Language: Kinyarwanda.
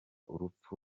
urupfu